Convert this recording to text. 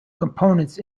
components